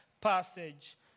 passage